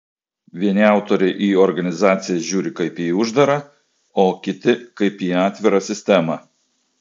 vieni autoriai į organizaciją žiūri kaip į uždarą o kiti kaip į atvirą sistemą